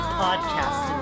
podcast